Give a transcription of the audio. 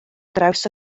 draws